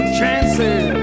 chances